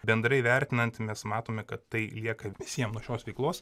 bendrai vertinant mes matome kad tai lieka visiem nuo šios veiklos